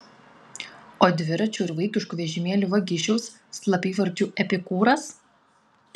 o dviračių ir vaikiškų vežimėlių vagišiaus slapyvardžiu epikūras